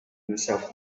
himself